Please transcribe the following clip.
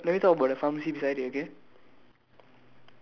pharm~ okay okay let me talk let me talk about the pharmacy beside it okay